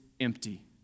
empty